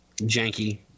janky